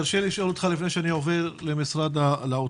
תרשה לי לשאול אותך לפני שאני עובר למשרד האוצר.